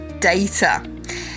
data